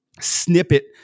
snippet